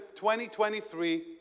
2023